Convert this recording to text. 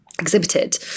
exhibited